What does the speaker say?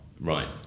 Right